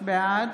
בעד